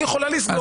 אני יכולה לסגור.